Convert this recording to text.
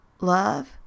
Love